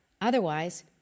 Otherwise